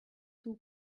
two